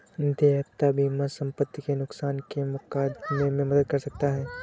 देयता बीमा संपत्ति के नुकसान के मुकदमे में मदद कर सकता है